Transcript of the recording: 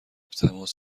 تماس